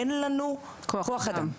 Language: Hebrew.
אין לנו כוח אדם".